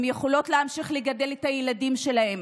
הן יכולות להמשיך לגדל את הילדים שלהן,